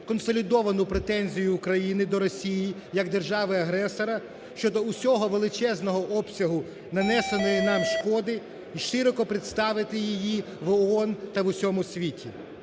консолідовану претензію України до Росії як держави-агресора щодо усього величезного обсягу нанесеної нам шкоди і широко представити її в ООН та в усьому світі.